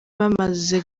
bamaze